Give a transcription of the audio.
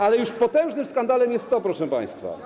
Ale już potężnym skandalem jest to, proszę państwa.